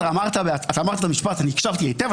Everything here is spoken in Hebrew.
אתה אמרת משפט, אני הקשבתי היטב.